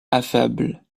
affable